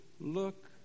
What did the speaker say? look